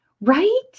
Right